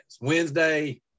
Wednesday